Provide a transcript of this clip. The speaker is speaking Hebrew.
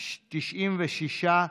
96,